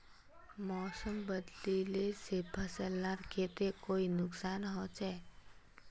मौसम बदलिले से फसल लार केते कोई नुकसान होचए?